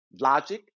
logic